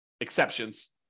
exceptions